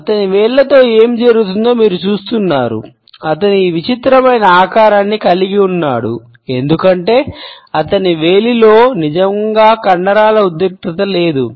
అతని వేళ్ళతో ఏమి జరుగుతుందో మీరు చూస్తున్నారు అతను ఈ విచిత్రమైన ఆకారాన్ని కలిగి ఉన్నాడు ఎందుకంటే అతని వేలిలో నిజంగా కండరాల ఉద్రిక్తత లేదు